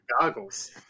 goggles